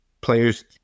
players